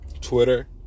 Twitter